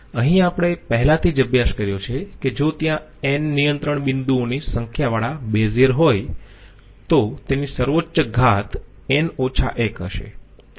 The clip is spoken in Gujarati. અહીં આપણે પહેલાથી જ અભ્યાસ કર્યો છે કે જો ત્યાં n નિયંત્રણ બિંદુઓની સંખ્યાવાળા બેઝીઅર હોય તો તેની સર્વોચ્ચ ઘાત n 1 હશે